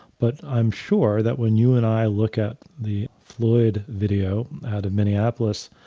but i'm sure that when you and i looked at the floyd video out of minneapolis,